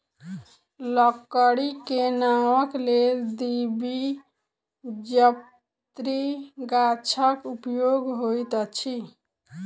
लकड़ी के नावक लेल द्विबीजपत्री गाछक उपयोग होइत अछि